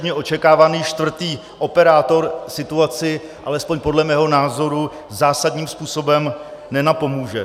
A toužebně očekávaný čtvrtý operátor situaci, alespoň podle mého názoru, zásadním způsobem nenapomůže.